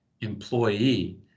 employee